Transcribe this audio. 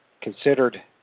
considered